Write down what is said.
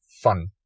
fun